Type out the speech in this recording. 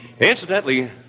Incidentally